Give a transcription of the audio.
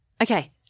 Okay